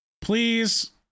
please